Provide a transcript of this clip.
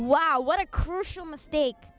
wow what a crucial mistake